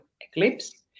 Eclipse